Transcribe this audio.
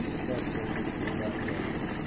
कि करतै नुकै जाइ छै